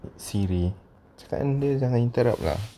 siri cakap dengan dia jangan interrupt lah